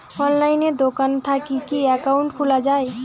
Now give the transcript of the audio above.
অনলাইনে দোকান থাকি কি একাউন্ট খুলা যায়?